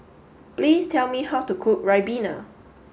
please tell me how to cook Ribena